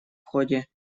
ходе